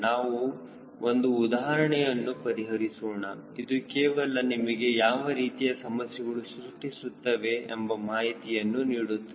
ನಾವು ಒಂದು ಉದಾಹರಣೆಯನ್ನು ಪರಿಹರಿಸೋಣ ಅದು ಕೇವಲ ನಿಮಗೆ ಯಾವ ರೀತಿಯ ಸಮಸ್ಯೆಗಳು ಸೃಷ್ಟಿಸುತ್ತವೆ ಎಂಬ ಮಾಹಿತಿಯನ್ನು ನೀಡುತ್ತದೆ